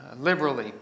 liberally